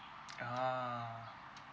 ah